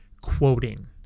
quoting